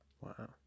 Wow